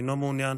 אינו מעוניין.